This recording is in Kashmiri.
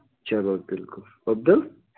چلو بِلکُل عبدُل